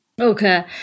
Okay